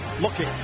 looking